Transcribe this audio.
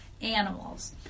animals